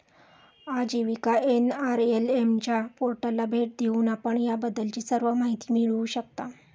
आजीविका एन.आर.एल.एम च्या पोर्टलला भेट देऊन आपण याबद्दलची सर्व माहिती मिळवू शकता